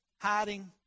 hiding